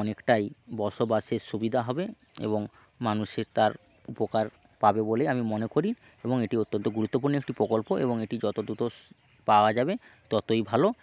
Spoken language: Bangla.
অনেকটাই বসবাসের সুবিধা হবে এবং মানুষে তার উপকার পাবে বলেই আমি মনে করি এবং এটি অত্যন্ত গুরুত্বপূর্ণ একটি প্রকল্প এবং এটি যত দ্রুত পাওয়া যাবে ততই ভালো